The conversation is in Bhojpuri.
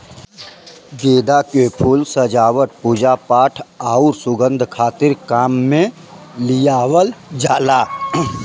गेंदा के फूल सजावट, पूजापाठ आउर सुंगध खातिर काम में लियावल जाला